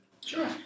Sure